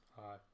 Hi